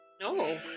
No